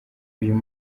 uyu